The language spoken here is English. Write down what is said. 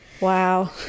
wow